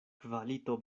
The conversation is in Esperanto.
kvalito